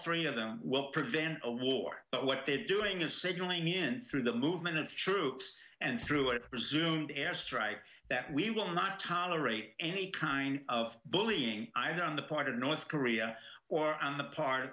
three of them will prevent a war but what they're doing is signaling the end through the movement of troops and through it resumed air strike that we will not tolerate any kind of bullying either on the part of north korea or on the part